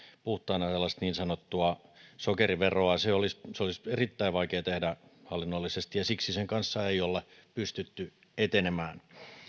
puhtaana niin sanottua sokeriveroa se olisi erittäin vaikea tehdä hallinnollisesti ja siksi sen kanssa ei olla pystytty etenemään